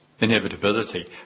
inevitability